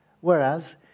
Whereas